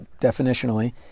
definitionally